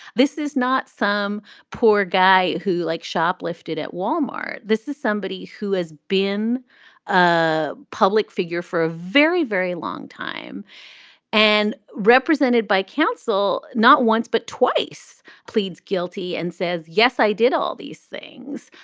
this is not some poor guy who, like, shoplifted at wal-mart. this is somebody who has been a public figure for a very, very long time and represented by counsel, not once but twice pleads guilty and says, yes, i did all these things.